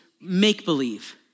make-believe